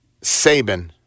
Saban